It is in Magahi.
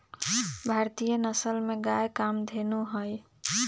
भारतीय नसल में गाय कामधेनु हई